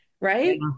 right